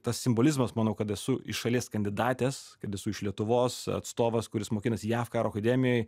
tas simbolizmas manau kad esu iš šalies kandidatės kad esu iš lietuvos atstovas kuris mokinasi jav karo akademijoj